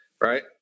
right